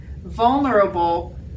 vulnerable